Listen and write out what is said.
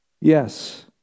Yes